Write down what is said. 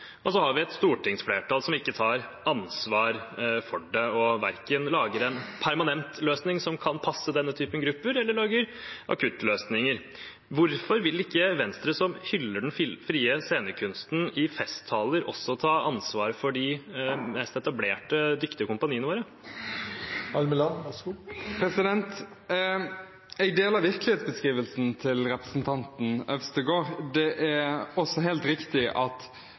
Og så har vi et stortingsflertall som ikke tar ansvar for det og verken lager en permanent løsning som kan passe denne typen grupper, eller lager akuttløsninger. Hvorfor vil ikke Venstre, som hyller den frie scenekunsten i festtaler, også ta ansvar for de mest etablerte dyktige kompaniene våre? Jeg deler virkelighetsbeskrivelsen til representanten Øvstegård. Det er også helt riktig at